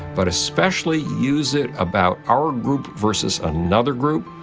but especially use it about our group versus another group,